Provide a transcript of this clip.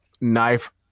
knife